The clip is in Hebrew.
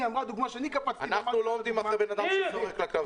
אנחנו לא עומדים מאחורי אדם שזורק לכלבים.